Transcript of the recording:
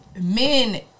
men